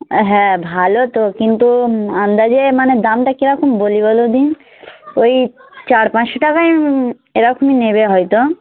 হ্যাঁ ভালো তো কিন্তু আন্দাজে মানে দামটা কীরকম বলি বলো দিন ওই চার পাঁচশো টাকাই এরকমই নেবে হয়তো